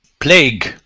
plague